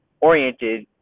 oriented